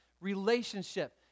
relationship